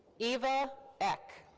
eva eck.